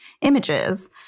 images